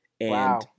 Wow